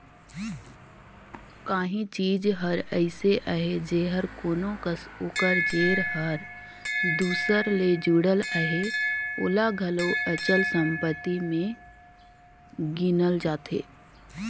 काहीं चीज हर अइसे अहे जेहर कोनो कस ओकर जेर हर दूसर ले जुड़ल अहे ओला घलो अचल संपत्ति में गिनल जाथे